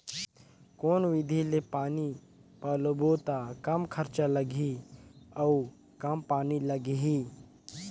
कौन विधि ले पानी पलोबो त कम खरचा लगही अउ कम पानी लगही?